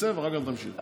שיצא ואחר כך נמשיך.